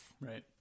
Right